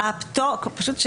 הפטור זה